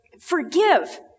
Forgive